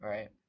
Right